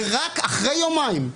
ורק אחרי יומיים,